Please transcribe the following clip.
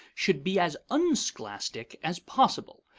should be as unscholastic as possible.